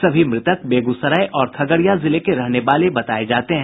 सभी मृतक बेगूसराय और खगड़िया जिले के रहने वाले बताये जाते हैं